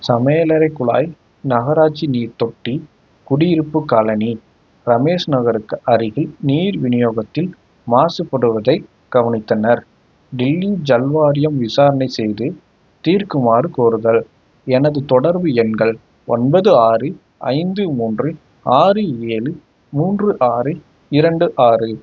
சமையலறைக் குழாய் நகராட்சி நீர்த் தொட்டி குடியிருப்புக் காலனி ரமேஷ் நகருக்கு அருகில் நீர் விநியோகத்தில் மாசுபடுவதைக் கவனித்தனர் தில்லி ஜல் வாரியம் விசாரணை செய்து தீர்க்குமாறு கோருதல் எனது தொடர்பு எண்கள் ஒன்பது ஆறு ஐந்து மூன்று ஆறு ஏழு மூன்று ஆறு இரண்டு ஆறு